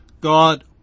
God